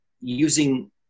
using